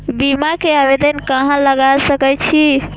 बीमा के आवेदन कहाँ लगा सके छी?